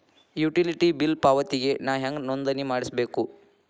Utility bill ಪಾವತಿಗೆ ನಾ ಹೆಂಗ್ ನೋಂದಣಿ ಮಾಡ್ಸಬೇಕು?